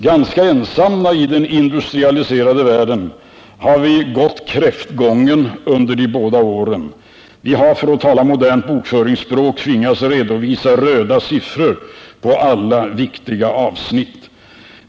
Ganska ensamma i den industrialiserade världen har vi gått kräftgång under de båda åren. Vi har, för att tala modernt bokföringsspråk, tvingats redovisa röda siffror på alla viktiga avsnitt.